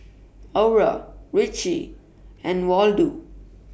Aura Richie and Waldo